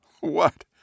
What